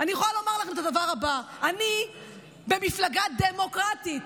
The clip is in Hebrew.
אני במפלגה דמוקרטית.